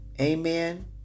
Amen